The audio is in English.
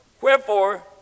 wherefore